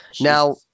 Now